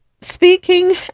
speaking